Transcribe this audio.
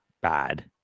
bad